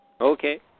Okay